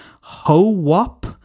ho-wop